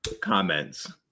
comments